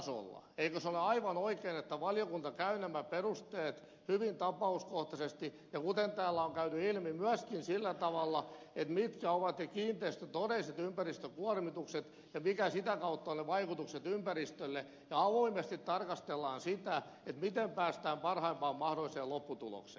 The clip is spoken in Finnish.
eikö se ole aivan oikein että valiokunta käy nämä perusteet hyvin tapauskohtaisesti läpi ja kuten täällä on käynyt ilmi myöskin sillä tavalla mitkä ovat ne kiinteistön todelliset ympäristökuormitukset ja mitkä sitä kautta vaikutukset ympäristölle ja avoimesti tarkastellaan sitä miten päästään parhaimpaan mahdolliseen lopputulokseen